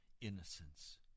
innocence